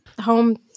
home